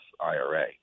IRA